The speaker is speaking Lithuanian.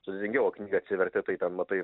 sudėtingiau o knygą atsiverti tai ten matai